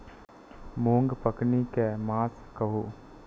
मूँग पकनी के मास कहू?